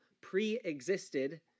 pre-existed